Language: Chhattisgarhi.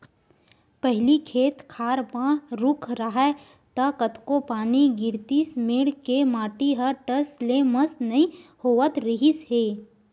पहिली खेत खार म रूख राहय त कतको पानी गिरतिस मेड़ के माटी ह टस ले मस नइ होवत रिहिस हे